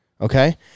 Okay